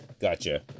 Gotcha